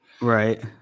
Right